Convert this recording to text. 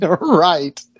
right